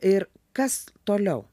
ir kas toliau